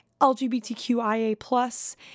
LGBTQIA+